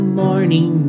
morning